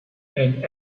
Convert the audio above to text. and